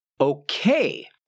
Okay